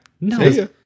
No